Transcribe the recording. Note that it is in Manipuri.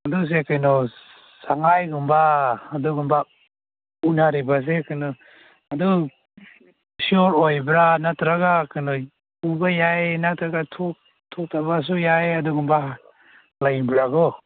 ꯑꯗꯨꯁꯦ ꯀꯩꯅꯣ ꯁꯉꯥꯏꯒꯨꯝꯕ ꯑꯗꯨꯒꯨꯝꯕ ꯎꯅꯔꯤꯕꯁꯤ ꯀꯩꯅꯣ ꯑꯗꯨ ꯁꯤꯌꯣꯔ ꯑꯣꯏꯕ꯭ꯔ ꯅꯠꯇ꯭ꯔꯒ ꯀꯩꯅꯣ ꯎꯕ ꯌꯥꯏ ꯅꯠꯇ꯭ꯔꯒ ꯊꯣꯛꯇꯕꯁꯨ ꯌꯥꯏ ꯑꯗꯨꯒꯨꯝꯕ ꯂꯩꯕ꯭ꯔ ꯀꯣ